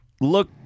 look